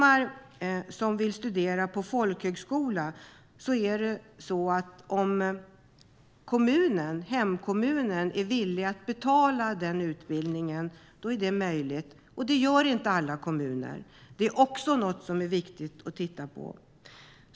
Att studera på folkhögskola är möjligt om hemkommunen är villig att betala utbildningen, men det gör inte alla kommuner. Det är också något som är viktigt att titta på.